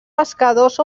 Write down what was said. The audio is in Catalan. pescadors